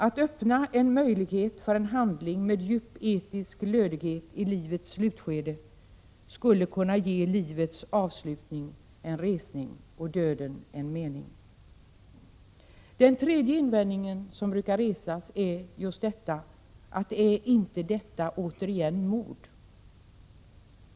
Att öppna en möjlighet för en handling med djup etisk lödighet i livets slutskede skulle kunna ge livets avslutning en resning och döden en mening. Den tredje av de invändningar som brukar resas kan sammanfattas i frågan: Men är inte detta återigen mord?